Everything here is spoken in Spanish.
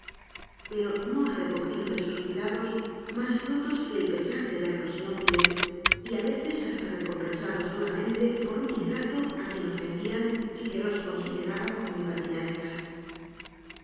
pero no ha recogido de sus cuidados más frutos que el pesar de verlos inútiles y a veces hasta recompensados duramente por un in grato a quien ofendían y que los consideraba como impertinencias